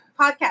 podcast